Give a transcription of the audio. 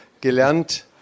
gelernt